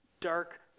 dark